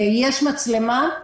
יש מצלמה,